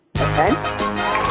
Okay